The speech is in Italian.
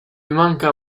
manca